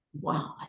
Wow